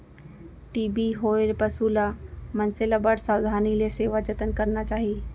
TB होए पसु ल, मनसे ल बड़ सावधानी ले सेवा जतन करना चाही